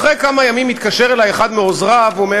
אחרי כמה ימים התקשר אלי אחד מעוזריו של